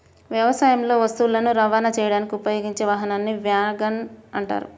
వ్యవసాయంలో వస్తువులను రవాణా చేయడానికి ఉపయోగించే వాహనాన్ని వ్యాగన్ అంటారు